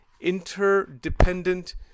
interdependent